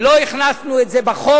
לא הכנסנו את זה בחוק,